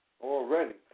already